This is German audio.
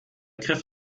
griff